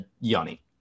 Yanni